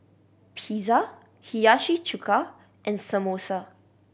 Pizza Hiyashi Chuka and Samosa